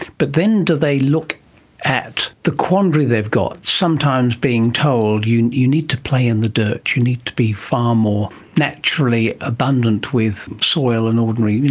but then do they look at the quandary they've got, sometimes being told you you need to play in the dirt, you need to be far more naturally abundant with soil and ordinary, you